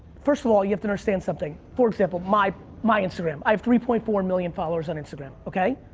first of all, you have to understand something. for example, my my instagram. i have three point four million followers on instagram, okay?